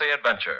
adventure